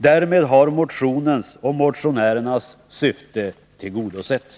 Därmed har motionens och motionärernas syfte tillgodosetts.